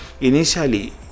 initially